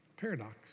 Paradox